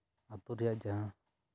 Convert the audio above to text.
ᱟᱹᱛᱩ ᱨᱮᱭᱟᱜ ᱡᱟᱦᱟᱸ